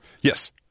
Yes